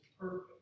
perfect